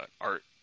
art